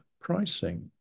pricing